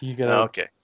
Okay